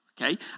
okay